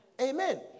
amen